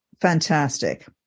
fantastic